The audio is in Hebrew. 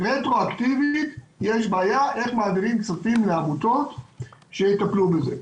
רטרואקטיבית יש בעיה איך מעבירים כספים לעמותות שיטפלו בזה.